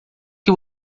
que